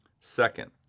Second